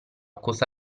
cosa